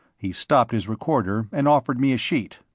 he stopped his recorder and offered me a sheet.